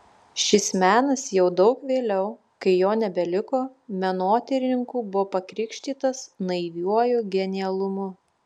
šis menas jau daug vėliau kai jo nebeliko menotyrininkų buvo pakrikštytas naiviuoju genialumu